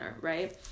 right